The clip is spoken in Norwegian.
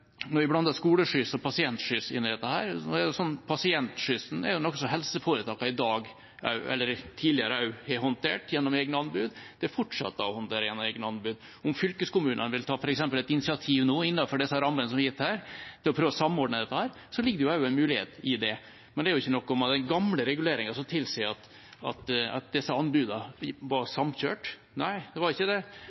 og pasientskyss inn i dette: Pasientskyss er noe som helseforetakene tidligere også har håndtert gjennom egne anbud, og som de fortsetter å håndtere gjennom egne anbud. Om fylkeskommunene vil ta f.eks. et initiativ nå innenfor de rammene som er gitt her, til å prøve å samordne dette, ligger det også en mulighet i det. Men det er jo ikke noe ved den gamle reguleringen som tilsier at disse anbudene var samkjørt. Nei, det var ikke det.